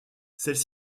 celles